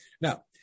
Now